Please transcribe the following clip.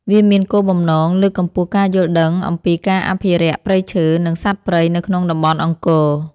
វាមានគោលបំណងលើកកម្ពស់ការយល់ដឹងអំពីការអភិរក្សព្រៃឈើ និងសត្វព្រៃនៅក្នុងតំបន់អង្គរ។